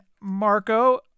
Marco